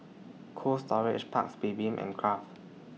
Cold Storage Paik's Bibim and Kraft